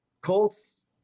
Colts